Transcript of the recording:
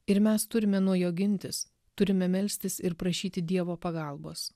ir mes turime nuo jo gintis turime melstis ir prašyti dievo pagalbos